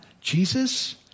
Jesus